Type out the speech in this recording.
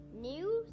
news